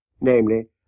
namely